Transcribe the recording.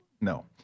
no